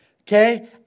okay